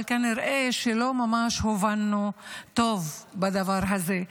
אבל כנראה שלא ממש הובנו טוב בדבר הזה.